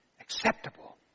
acceptable